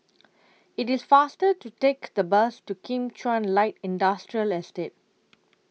IT IS faster to Take The Bus to Kim Chuan Light Industrial Estate